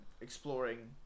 exploring